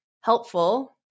helpful